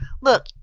look